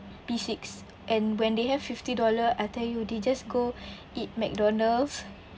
P six and when they have fifty dollar I tell you they just go eat mcdonald's